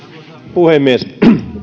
puhemies